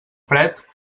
fred